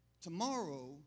Tomorrow